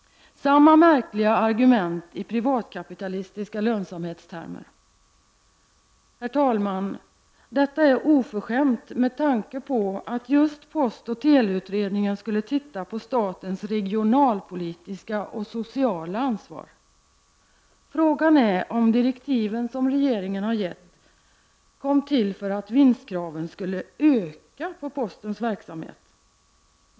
Samma märkliga argument i privatkapitalistiska lönsamhetstermer. Herr talman! Detta är oförskämt, med tanke på att just postoch teleutredningen skulle titta på statens regionalpolitiska och sociala ansvar. Frågan är om de direktiv som regeringen har gett kom till för att vinstkraven på postens verksamhet skulle öka.